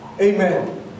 Amen